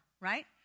right